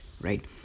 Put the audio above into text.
right